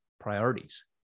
priorities